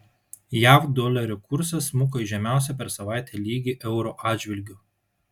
jav dolerio kursas smuko į žemiausią per savaitę lygį euro atžvilgiu